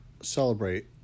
celebrate